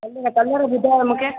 हिन जा कलर ॿुधायो मूंखे